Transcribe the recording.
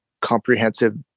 comprehensive